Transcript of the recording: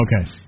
Okay